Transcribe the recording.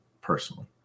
personally